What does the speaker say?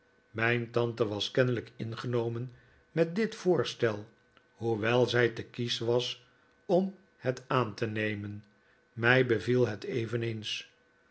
mijn tante was kennelijk ingenomen met dit voorstel hoewel zij te kiesch was om het aan te nemen mij beviel het eveneens